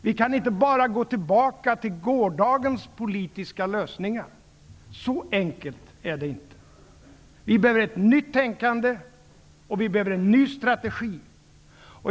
Vi kan inte bara gå tillbaka till gårdagens politiska lösningar -- så enkelt är det inte. Vi behöver ett nytt tänkande och en ny strategi.